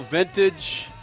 Vintage